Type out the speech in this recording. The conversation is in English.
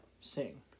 sing